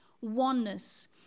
oneness